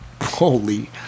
Holy